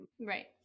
Right